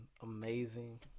amazing